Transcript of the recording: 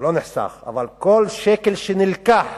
על כל שקל שנלקח